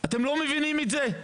אתם לא מבינים את זה?